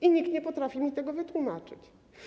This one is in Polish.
I nikt nie potrafi mi tego wytłumaczyć.